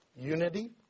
Unity